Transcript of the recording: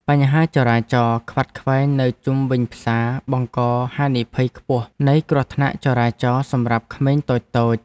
បញ្ហាចរាចរណ៍ខ្វាត់ខ្វែងនៅជុំវិញផ្សារបង្កហានិភ័យខ្ពស់នៃគ្រោះថ្នាក់ចរាចរណ៍សម្រាប់ក្មេងតូចៗ។